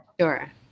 Sure